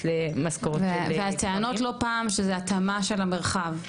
למשכורות --- והטענות לא פעם שזה התאמה של המרחב.